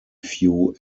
few